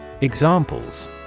Examples